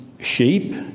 sheep